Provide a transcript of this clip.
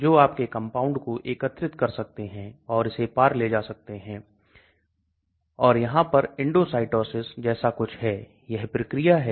इसलिए आम तौर पर यदि आपके पास एक मॉलिक्यूल है और आप इसका परीक्षण कर रहे हैं तो यदि आपको लगता है LogP इस सीमा में नहीं है तो सावधान रहें इसकी घुलनशीलता और बायोअवेलेबिलिटी इत्यादि खराब हो सकते हैं